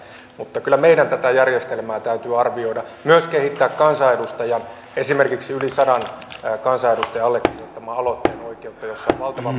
mutta kyllä meidän tätä järjestelmää täytyy arvioida myös kehittää esimerkiksi yli sadan kansanedustajan allekirjoittaman aloitteen oikeutta jossa on valtava